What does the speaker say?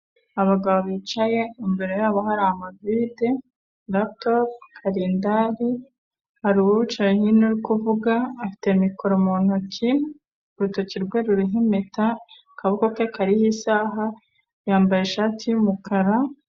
Abagabo bicaye imbere yabo hari amavide mato, karindari, hari uwicaye hino uri kuvuga, afite mikoro mu ntoki, urutoki rwe ruriho impeta, akaboko ke kariho isaha, yambaye ishati y'umukara.